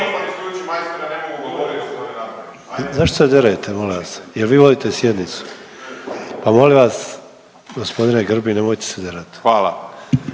Zašto se derete, molim vas, jel vi vodite sjednicu? Molim vas gospodine Grbin nemojte se derat./… Hvala.